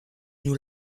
nous